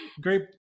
great